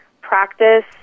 practice